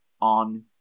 on